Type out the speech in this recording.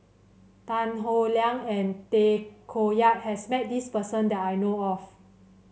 Tan Howe Liang and Tay Koh Yat has met this person that I know of